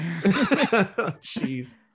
Jeez